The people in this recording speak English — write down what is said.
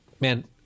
man